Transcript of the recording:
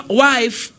wife